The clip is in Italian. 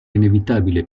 inevitabile